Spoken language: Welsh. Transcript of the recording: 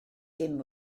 dim